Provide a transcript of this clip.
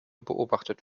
beobachtet